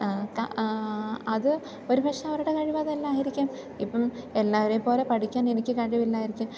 അത് ഒരു പക്ഷേ അവരുടെ കഴിവതല്ലായിരിക്കും ഇപ്പം എല്ലാവരെയും പോലെ പഠിക്കാനെനിക്ക് കഴിവില്ലായിരിക്കും